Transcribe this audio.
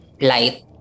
light